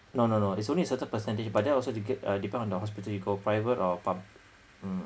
no no no it's only a certain percentage but that also you get a depend on the hospital you go private or pub~ mm